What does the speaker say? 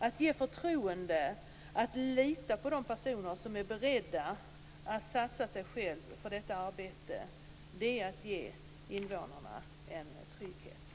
Att ge förtroende och lita på de personer som är beredda att satsa sig själva i detta arbete är att ge invånarna trygghet.